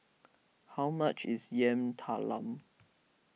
how much is Yam Talam